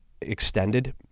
extended